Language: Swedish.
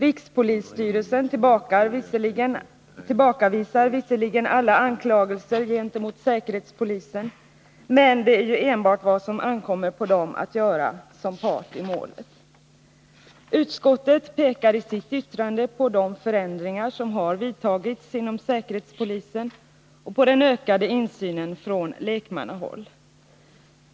Rikspolisstyrelsen tillbakavisar visserligen alla anklagelser gentemot säkerhetspolisen, men det är ju enbart vad som ankommer på rikspolisstyrelsen att göra som part i målet. Utskottet pekar i sitt yttrande på de förändringar som har vidtagits inom säkerhetspolisen och på den ökade insynen från lekmannahåll.